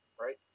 Right